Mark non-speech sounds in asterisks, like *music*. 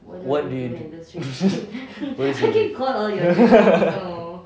what do you do *laughs*